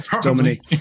Dominic